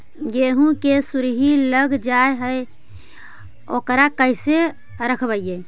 गेहू मे सुरही लग जाय है ओकरा कैसे रखबइ?